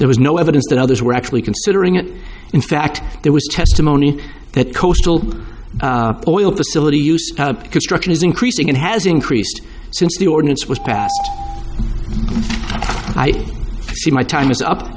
there was no evidence that others were actually considering it in fact there was testimony that coastal oil facility construction is increasing and has increased since the ordinance was passed i see my time is up